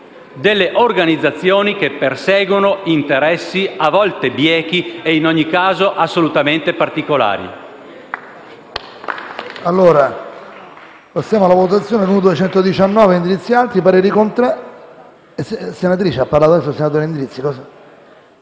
organizzazioni che perseguono interessi a volte biechi e, in ogni caso, assolutamente particolari.